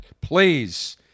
Please